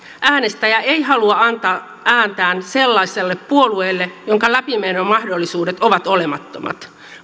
äänestäjä ei halua antaa ääntään sellaiselle puolueelle jonka läpimenomahdollisuudet ovat olemattomat